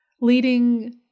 leading